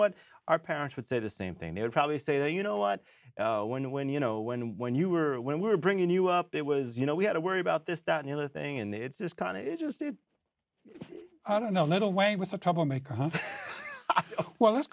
what our parents would say the same thing they would probably say you know what when when you know when when you were when we were bringing you up it was you know we had to worry about this that neela thing and it's just kind of just it i don't know a little way with a troublemaker well let's